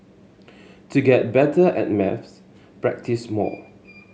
to get better at maths practise more